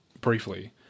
briefly